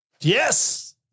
Yes